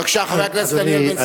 בבקשה, חבר הכנסת דניאל בן-סימון.